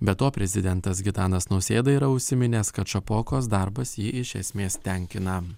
be to prezidentas gitanas nausėda yra užsiminęs kad šapokos darbas jį iš esmės tenkina